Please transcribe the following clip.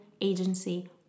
agency